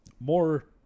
More